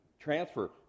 transfer